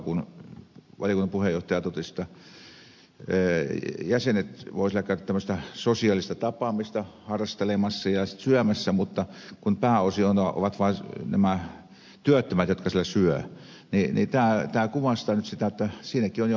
kun valiokunnan puheenjohtaja totesi että jäsenet voisivat käydä siellä tämmöistä sosiaalista tapaamista harrastelemassa ja syömässä kun pääosin ovat vain nämä työttömät jotka siellä syövät niin tämä kuvastaa nyt sitä että siinäkin on jo harkinnan paikka